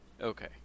Okay